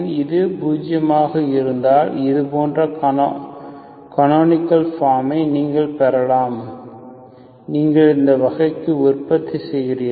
இது பூஜ்ஜியமாக இருந்தால் இது போன்ற கனோனிக்கள் ஃபாமை நீங்கள் பெறலாம் சரி நீங்கள் இந்த வகைக்கு உற்பத்தி செய்கிறீர்கள்